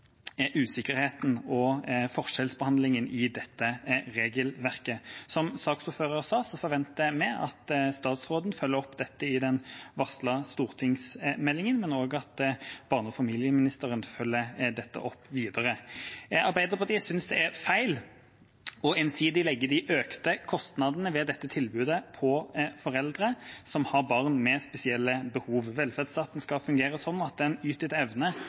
usikkerheten og forskjellsbehandlingen i dette regelverket. Som saksordføreren sa, forventer vi at statsråden følger opp dette i den varslede stortingsmeldinga, men også at barne- og familieministeren følger dette opp videre. Arbeiderpartiet synes det er feil ensidig å legge de økte kostnadene ved dette tilbudet på foreldre som har barn med spesielle behov. Velferdsstaten skal fungere sånn at en yter etter evne,